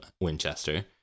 Winchester